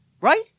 right